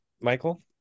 Michael